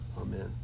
Amen